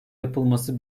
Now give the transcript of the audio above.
yapılması